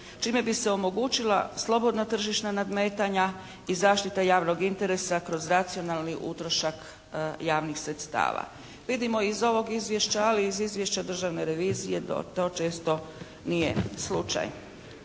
čime bi se omogućila slobodna tržišna nadmetanja i zaštita javnog interesa kroz racionalni utrošak javnih sredstava. Vidimo i iz ovog izvješća ali i iz izvješća Državne revizije to često nije slučaj.